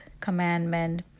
commandment